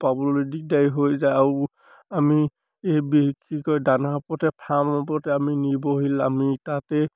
পাবলৈ দিগদাৰী হৈ যায় আৰু আমি এই বিশেষ কি কয় দানা ওপৰতে ফাৰ্ম ওপৰতে আমি নিৰ্ভৰশীল আমি তাতে